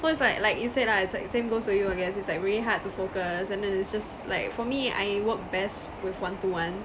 so it's like like you said lah it's like same goes to you I guess it's like really hard to focus and then it's just like for me I work best with one to one